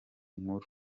nkuru